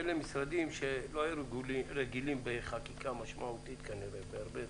אלה משרדים שלא היו רגילים בחקיקה משמעותית בהרבה תחומים.